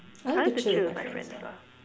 I like to chill with my friends lah